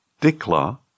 Dikla